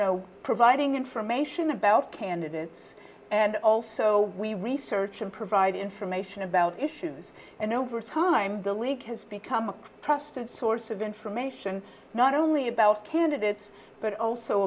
know providing information about candidates and also we research and provide information about issues and over time the league has become a trusted source of information not only about candidates but also